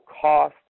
cost